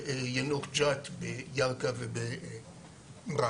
ביאנוח ג'ת, בירכא ובמע'אר.